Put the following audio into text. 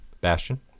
Bastion